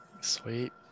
Sweet